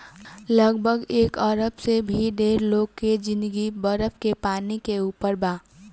लगभग एक अरब से भी ढेर लोग के जिंदगी बरफ के पानी के ऊपर बा